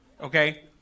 okay